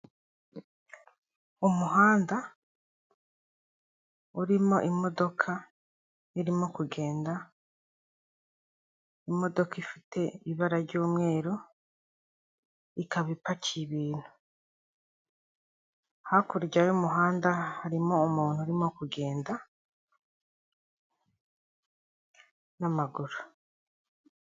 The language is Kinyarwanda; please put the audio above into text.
Umuhanda urimo imodoka irimo kugenda. Imodoka ifite ibara ry'umweru ikaba ipakiye ibintu. Hakurya y'umuhanda harimo umuntu urimo kugenda n'amaguru.